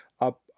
up